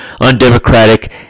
undemocratic